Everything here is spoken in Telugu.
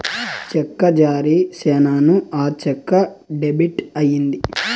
చెక్కు జారీ సేసాను, ఆ చెక్కు డెబిట్ అయిందా